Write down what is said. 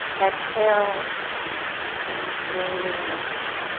exhale and then slowly release.